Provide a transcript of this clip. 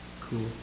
Cool